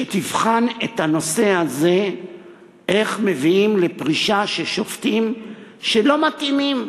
שתבחן את הנושא הזה של איך מביאים לפרישה של שופטים שלא מתאימים,